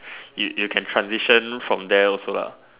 you you can transition from there also lah